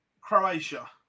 Croatia